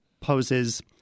poses